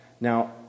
Now